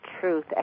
truth